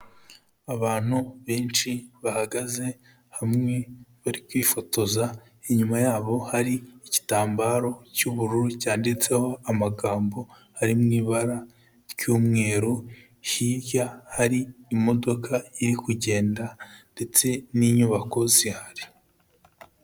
Abantu benshi bahagaze hamwe bari kwifotoza, inyuma yabo hari igitambaro cy'ubururu cyanditseho amagambo ari mu ibara ry'umweru, hirya hari imodoka iri kugenda ndetse n'inyubako zihari.